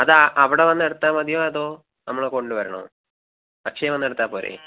അത് അവിടെ വന്നെടുത്താൽ മതിയൊ അതോ നമ്മൾ കൊണ്ട് വരണോ അക്ഷയ വന്നെടുത്താൽ പോരെ